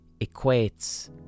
equates